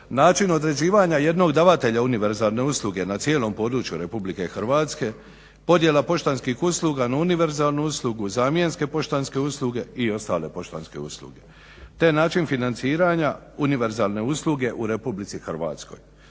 način određivanja jednog davatelja univerzalne usluge na cijelom području Republike Hrvatske, podjela poštanskih usluga na univerzalnu uslugu, zamjenske poštanske usluge i ostale poštanske usluge, te način financiranja univerzalne usluge u Republici Hrvatskoj.